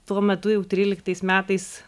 tuo metu jau tryliktais metais